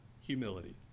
Humility